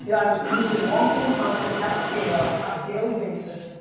and i was producing long form content at scale on a daily basis.